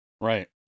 Right